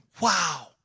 Wow